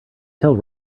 tell